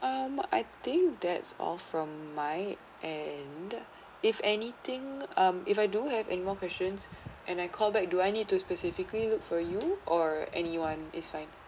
um I think that's all from mine and if anything um if I do have any more questions and I call back do I need to specifically look for you or anyone is fine